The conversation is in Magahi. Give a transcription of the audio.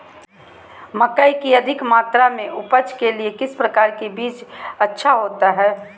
मकई की अधिक मात्रा में उपज के लिए किस प्रकार की बीज अच्छा होता है?